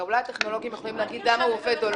אולי הטכנולוגים יכולים להגיד למה הוא עובד או לא.